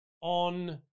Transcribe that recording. on